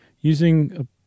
using